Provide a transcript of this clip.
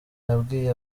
yabwiye